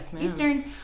Eastern